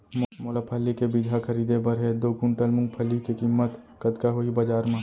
मोला फल्ली के बीजहा खरीदे बर हे दो कुंटल मूंगफली के किम्मत कतका होही बजार म?